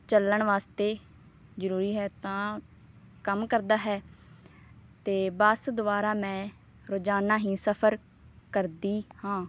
ਚੱਲਣ ਵਾਸਤੇ ਜ਼ਰੂਰੀ ਹੈ ਤਾਂ ਕੰਮ ਕਰਦਾ ਹੈ ਅਤੇ ਬੱਸ ਦੁਆਰਾ ਮੈਂ ਰੋਜ਼ਾਨਾ ਹੀ ਸਫ਼ਰ ਕਰਦੀ ਹਾਂ